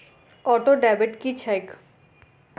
Auto debit की छैक?